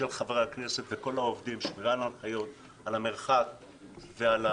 של חברי הכנסת וכל העובדים מרחק ומסכות.